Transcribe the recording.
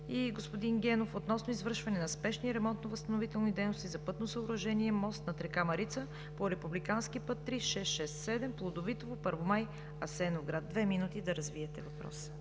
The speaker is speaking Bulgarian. и господин Генов относно извършване на спешни ремонтно-възстановителни дейности за пътно съоръжение – мост над река Марица по републикански път III-667 Плодовитово – Първомай – Асеновград. Две минути да развиете въпроса.